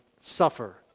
suffer